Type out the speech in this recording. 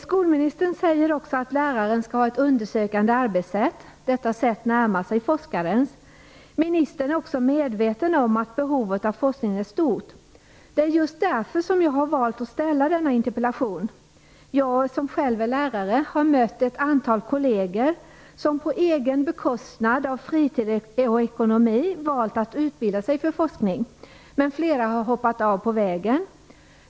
Skolministern säger också att läraren skall ha ett undersökande arbetssätt. Detta sätt närmar sig forskarens. Ministern är även medveten om att behovet av forskning är stort. Det är just därför som jag har valt att ställa denna interpellation. Jag är själv lärare och har mött ett antal kolleger som på bekostnad av egen fritid och ekonomi valt att utbilda sig för forskning, men flera har hoppat av på vägen.